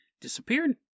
disappeared